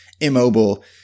immobile